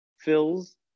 fills